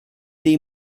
dei